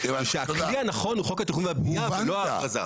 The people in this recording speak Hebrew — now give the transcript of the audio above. הוא שהכלי הנכון הוא חוק התכנון והבנייה ולא ההכרזה.